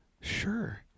Sure